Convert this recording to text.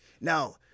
Now